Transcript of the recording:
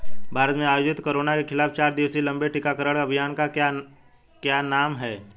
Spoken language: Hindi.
भारत में आयोजित कोरोना के खिलाफ चार दिवसीय लंबे टीकाकरण अभियान का क्या नाम है?